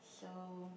so